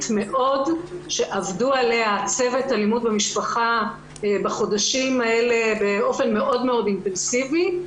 שעבדו עליה צוות אלימות במשפחה באופן מאוד-מאוד אינטנסיבי.